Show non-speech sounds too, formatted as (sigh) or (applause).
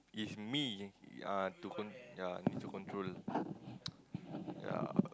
yea it's me uh to con~ yeah need to control (noise) yeah